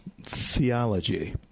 theology